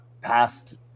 past